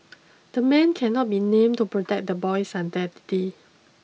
the man cannot be named to protect the boy's identity